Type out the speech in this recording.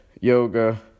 yoga